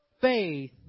faith